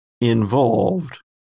involved